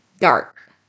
dark